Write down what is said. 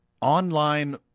online